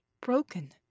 broken